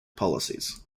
policies